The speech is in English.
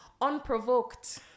unprovoked